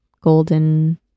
golden